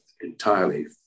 entirely